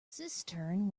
cistern